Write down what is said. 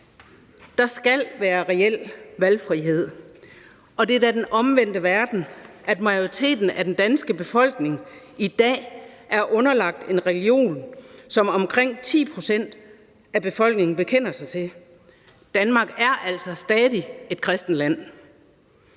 Der skal være reel valgfrihed, og det er da den omvendte verden, at majoriteten af den danske befolkning i dag er underlagt en religion, som omkring 10 pct. af befolkningen bekender sig til. Danmark er altså stadig et kristent land.